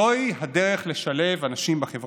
זוהי הדרך לשלב אנשים בחברה.